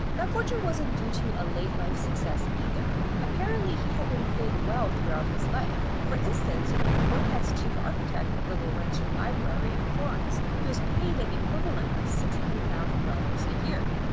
that fortune wasn't due to a late-life success either, apparently he had been paid well throughout his life. for instance, when he worked as chief architect of the laurentian library in florence, he was paid an equivalent of six hundred thousand dollars a year.